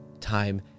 time